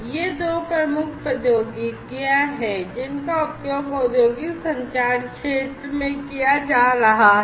ये दो मुख्य प्रौद्योगिकियां हैं जिनका उपयोग औद्योगिक संचार क्षेत्र में किया जा रहा है